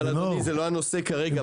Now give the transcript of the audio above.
אבל אדוני, זה לא הנושא כרגע.